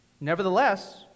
Nevertheless